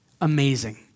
Amazing